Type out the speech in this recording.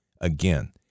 Again